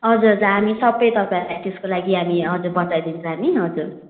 हजुर हजुर हामी सबै तपाईँहरूलाई त्यसको लागि हामी हजुर बताइदिन्छौँ हामी हजुर